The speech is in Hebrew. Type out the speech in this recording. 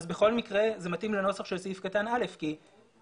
בכל מקרה זה מתאים לנוסח של סעיף קטן (א) כי אין